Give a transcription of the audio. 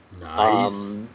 Nice